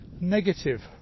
negative